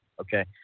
Okay